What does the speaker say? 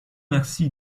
merci